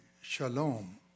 shalom